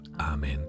Amen